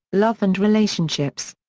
love and relationships.